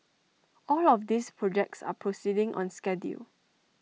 all of these projects are proceeding on schedule